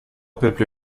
peuple